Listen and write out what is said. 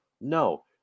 No